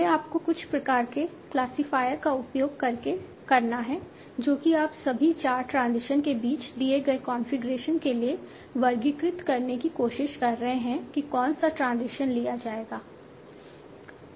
यह आपको कुछ प्रकार के क्लासिफायर का उपयोग करके करना है जो कि आप सभी चार ट्रांजिशन के बीच दिए गए कॉन्फ़िगरेशन के लिए वर्गीकृत करने की कोशिश कर रहे हैं कि कौन सा ट्रांजिशन लिया जाएगा